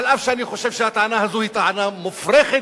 אף שאני חושב שהטענה הזו היא טענה מופרכת,